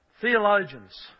theologians